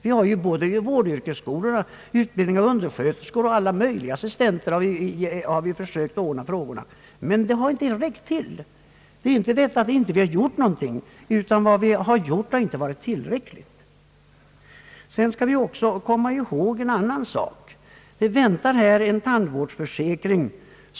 När det gäller vårdyrkesskolorna, utbildning av undersköterskor och alla möjliga assistenter har vi gjort krafttag, men det har inte räckt till. Det är det förhållandet jag vill påtala att vad vi har gjort inte har varit tillräckligt. Vi skall också komma ihåg en annan sak. Vi väntar på en tandvårdsförsäkring.